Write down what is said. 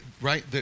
right